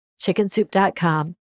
chickensoup.com